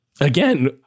again